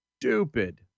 stupid